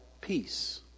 peace